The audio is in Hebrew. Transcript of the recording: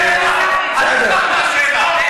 תענה על השאלה.